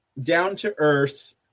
down-to-earth